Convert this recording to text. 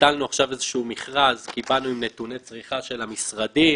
ביטלנו עכשיו איזשהו מכרז כי באנו עם נתוני צריכה של המשרדים